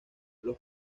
los